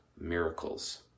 miracles